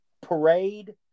parade